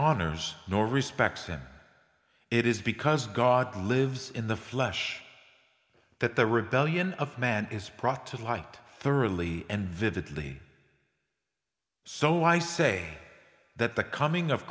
honors nor respects then it is because god lives in the flesh that the rebellion of man is prot to light thoroughly and vividly so i say that the coming of